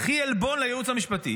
הכי עלבון לייעוץ המשפטי.